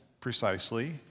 precisely